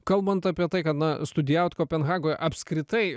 kalbant apie tai kad na studijavot kopenhagoj apskritai